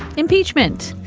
impeachment.